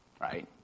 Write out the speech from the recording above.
right